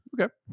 Okay